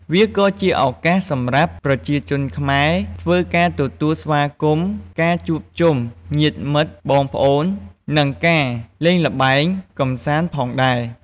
វាក៏ជាឱកាសសម្រាប់ប្រជាជនខ្មែរធ្វើការទទួលស្វាគមន៍ការជួបជុំញ្ញាតិមិត្តបងប្អូន និងការលេងល្បែងកំសាន្តផងដែរ។